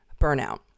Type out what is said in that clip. burnout